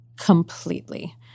completely